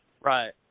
Right